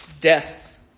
death